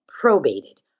probated